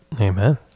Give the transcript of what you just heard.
Amen